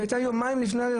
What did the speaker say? שהייתה יומיים לפני.